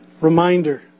reminder